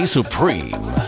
Supreme